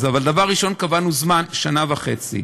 דבר ראשון, קבענו זמן: שנה וחצי.